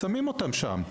ושמים אותם שם.